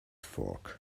fork